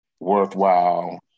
worthwhile